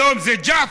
היום זה ג'עפר,